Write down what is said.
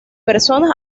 personas